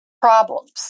problems